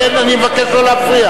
לכן אני מבקש לא להפריע.